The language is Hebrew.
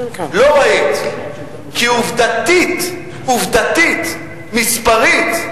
לא ראית, כי עובדתית, עובדתית, מספרית,